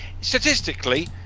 statistically